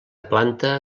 planta